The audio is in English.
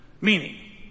Meaning